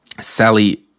Sally